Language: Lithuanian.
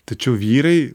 tačiau vyrai